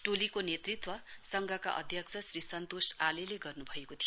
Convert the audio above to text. टोलीको नेतृत्व संघका अध्यक्ष श्री सन्तोष आलेलो गर्नुभएको थियो